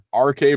RK